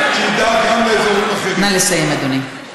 שידאג גם לאזורים אחרים.